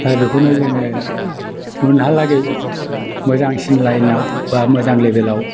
दा बेखौनो जोङो उनहालागै मोजांसिन लाइनाव बा मोजांसिन लेभेलाव